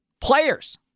Players